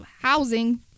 housing